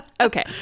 okay